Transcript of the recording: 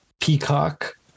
Peacock